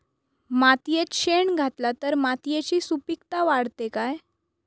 मातयेत शेण घातला तर मातयेची सुपीकता वाढते काय?